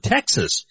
Texas